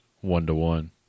one-to-one